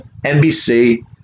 NBC